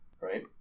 right